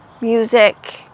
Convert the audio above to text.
Music